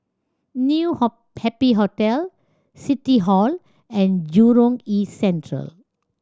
New Happy Hotel City Hall and Jurong East Central